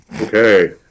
Okay